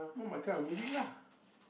not my kind of music lah